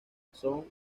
son